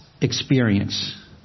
experience